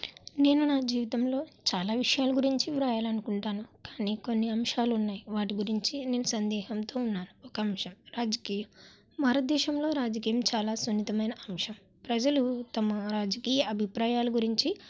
నేను నా జీవితంలో చాలా విషయాల గురించి వ్రాయలనుకుంటాను కానీ కొన్ని అంశాలు ఉన్నాయి వాటి గురించి నేను సందేహంతో ఉన్నాను ఒక అంశం రాజకీయం భారతదేశంలో రాజకీయం చాలా సున్నితమైన అంశం ప్రజలు తమ రాజకీయ అభిప్రాయాల గురించి